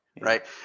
right